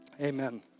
Amen